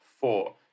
four